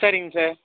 சரிங்க சார்